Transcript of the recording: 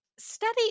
Study